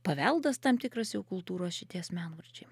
paveldas tam tikras jau kultūros šitie asmenvardžiai